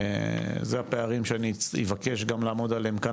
אלה הפערים שאני אבקש גם לאמוד עליהם כאן